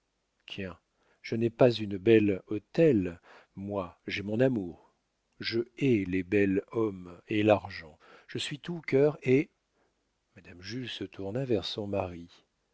je n'ai pas une belle hôtel moi j'ai mon amour je haïs les bel hommes et l'argent je suis tout cœur et madame jules se tourna vers son mari